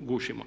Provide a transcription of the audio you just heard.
gušimo.